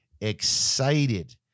excited